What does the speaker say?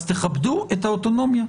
תכבדו את האוטונומיה.